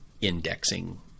indexing